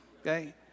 Okay